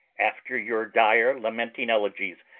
after your dire-lamenting elegies,